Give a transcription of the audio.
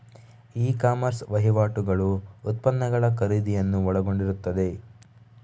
E commerce ವಹಿವಾಟುಗಳು ಉತ್ಪನ್ನಗಳ ಖರೀದಿಯನ್ನು ಒಳಗೊಂಡಿರುತ್ತವೆ